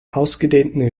ausgedehnten